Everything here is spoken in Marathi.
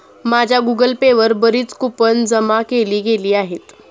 माझ्या गूगल पे वर बरीच कूपन जमा केली गेली आहेत